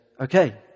okay